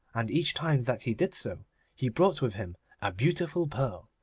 and each time that he did so he brought with him a beautiful pearl.